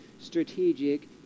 strategic